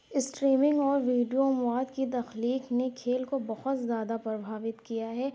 streaming اور video مواد کی تخلیق نے کھیل کو بہت زیادہ پربھاوت کیا ہے